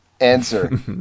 Answer